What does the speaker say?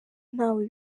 ntawe